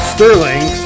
Sterling